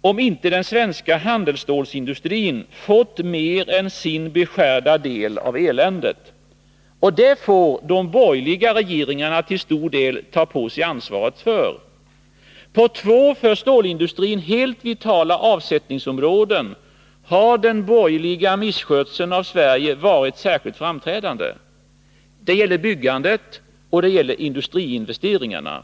om inte den svenska handelsstålsindustrin fått mer än sin beskärda del av eländet. Och det får de borgerliga regeringarna till stor del ta på sig ansvaret för. På två för stålindustrin helt vitala avsättningsområden har den borgerliga misskötseln av Sverige varit särskilt framträdande. Det gäller byggandet, och det gäller industriinvesteringarna.